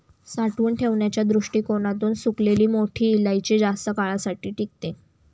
साठवून ठेवण्याच्या दृष्टीकोणातून सुकलेली मोठी इलायची जास्त काळासाठी टिकते